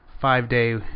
five-day